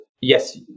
yes